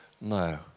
No